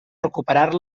recuperar